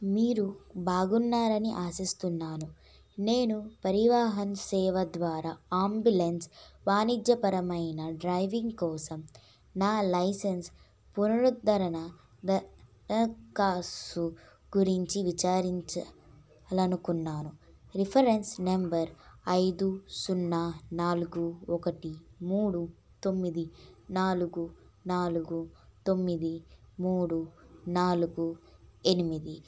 మీరు బాగున్నారని ఆశిస్తున్నాను నేను పరివాహన్ సేవ ద్వారా అంబులెన్స్ వాణిజ్యపరమైన డ్రైవింగ్ కోసం నా లైసెన్స్ పునురుద్ధరణ దరఖాస్తు గురించి విచారించాలి అనుకున్నాను రిఫరెన్స్ నంబర్ ఐదు సున్నా నాలుగు ఒకటి మూడు తొమ్మిది నాలుగు నాలుగు తొమ్మిది మూడు నాలుగు ఎనిమిది